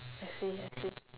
I see I see